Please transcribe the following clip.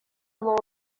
law